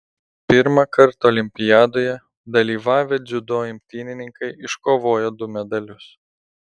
pirmąkart olimpiadoje dalyvavę dziudo imtynininkai iškovojo du medalius